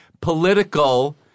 political